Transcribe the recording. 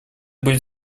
будет